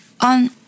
On